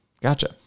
gotcha